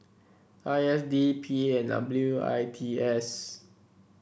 I S D P A and W I T S